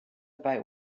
about